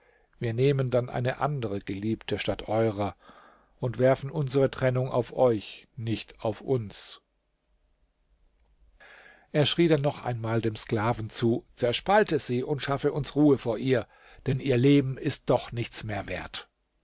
wir nehmen dann eine andere geliebte statt eurer und werfen unsere trennung auf euch nicht auf uns er schrie dann noch einmal dem sklaven zu zerspalte sie und schaffe uns ruhe vor ihr denn ihr leben ist doch nichts mehr wert